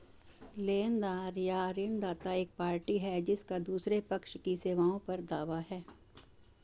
लेनदार या ऋणदाता एक पार्टी है जिसका दूसरे पक्ष की सेवाओं पर दावा है